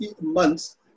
months